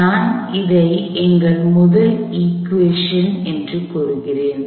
நான் இதை எங்கள் முதல் இக்குவேஷன்equationசமன்பாடு என்று சொல்கிறேன்